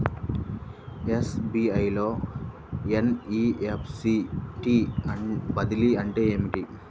SBI లో NEFT బదిలీ అంటే ఏమిటి?